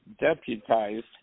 deputized